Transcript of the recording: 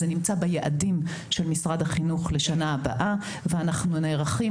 זה נמצא ביעדים של משרד החינוך לשנה הבאה ואנחנו נערכים